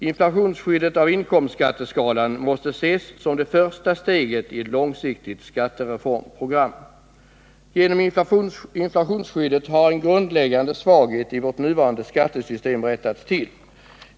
Inflationsskyddet av inkomstskatteskalan måste ses som det första steget i ett långsiktigt skattereformprogram. Genom inflationsskyddet har en grundläggande svaghet i vårt nuvarande skattesystem rättats till.